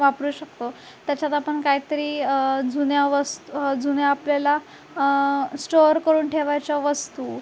वापरू शकतो त्याच्यात आपण काहीतरी जुन्या वस जुन्या आपल्याला स्टोअर करून ठेवायच्या वस्तू